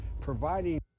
Providing